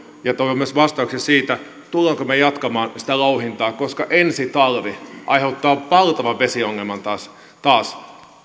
myös vastausta siitä tulemmeko me jatkamaan sitä louhintaa koska ensi talvi aiheuttaa valtavan vesiongelman taas taas